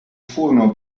furono